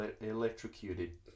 electrocuted